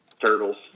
turtles